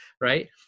right